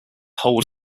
hold